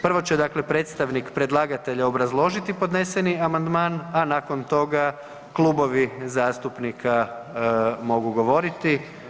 Prvo će dakle predstavnik predlagatelja obrazložiti podneseni amandman a nakon toga klubovi zastupnika mogu govoriti.